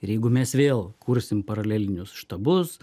ir jeigu mes vėl kursim paralelinius štabus